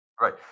right